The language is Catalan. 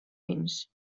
vins